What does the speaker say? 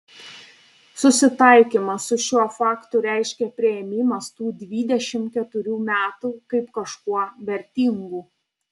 susitaikymas su šiuo faktu reiškia priėmimas tų dvidešimt keturių metų kaip kažkuo vertingų